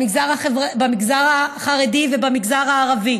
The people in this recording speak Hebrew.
במגזר החרדי ובמגזר הערבי